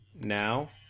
now